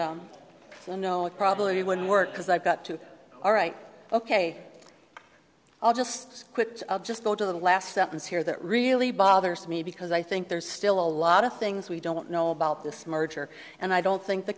you know it probably wouldn't work because i've got to all right ok i'll just just go to the last sentence here that really bothers me because i think there's still a lot of things we don't know about this merger and i don't think the